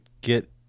get